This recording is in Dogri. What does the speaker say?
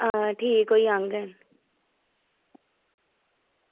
हां ठीक होई जाङन